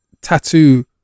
tattoo